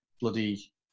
bloody